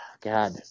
God